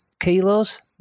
kilos